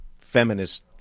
feminist